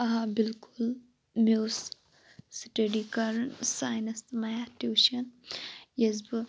آ بلکُل مےٚ اوس سِٹَڈی کَرُن ساینَس تہٕ میتھ ٹیوشَن یژہ بہٕ